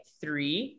three